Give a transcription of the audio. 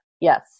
yes